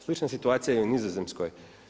Slična situacija je i u Nizozemskoj.